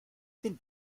den